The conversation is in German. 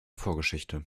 vorgeschichte